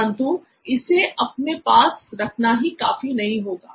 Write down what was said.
परंतु इसे अपने पास रखना ही काफी नहीं होगा